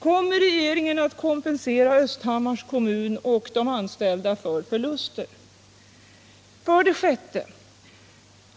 Ämnar regeringen kompensera Östhammars kommun och de anställda där för förluster? För det sjätte.